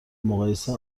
مقایسه